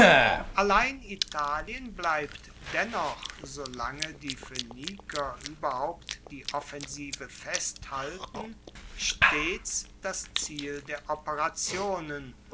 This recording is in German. allein italien bleibt dennoch solange die phoeniker ueberhaupt die offensive festhalten stets das ziel der operationen